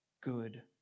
good